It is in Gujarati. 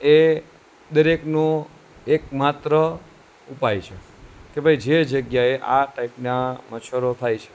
એ દરેકનો એક માત્ર ઉપાય છે કે ભાઈ જે જગ્યાએ આ ટાઈપના મચ્છરો થાય છે